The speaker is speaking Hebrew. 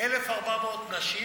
1,400 נשים,